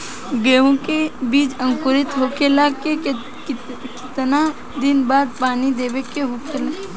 गेहूँ के बिज अंकुरित होखेला के कितना दिन बाद पानी देवे के होखेला?